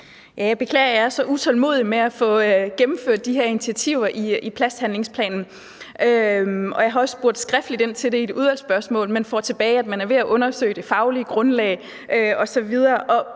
jeg er så utålmodig med at få gennemført de her initiativer i plasthandlingsplanen. Og jeg har også skriftligt spurgt ind til det i et udvalgsspørgsmål, men får tilbagemeldingen, at man er ved at undersøge det faglige grundlag osv.